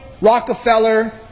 Rockefeller